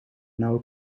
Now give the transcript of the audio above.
now